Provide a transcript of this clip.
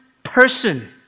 Person